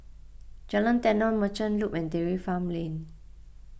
Jalan Tenon Merchant Loop and Dairy Farm Lane